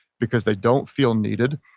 because they don't feel needed.